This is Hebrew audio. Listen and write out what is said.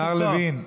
השר לוין,